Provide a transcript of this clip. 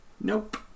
Nope